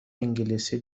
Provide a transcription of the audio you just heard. انگلیسی